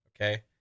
okay